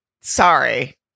sorry